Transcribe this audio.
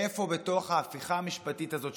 איפה בתוך ההפיכה המשפטית הזאת,